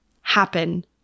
happen